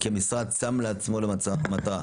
כי המשרד שם לעצמו למטרה,